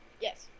yes